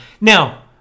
Now